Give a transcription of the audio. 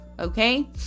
Okay